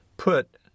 Put